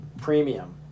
premium